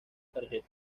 tarjeta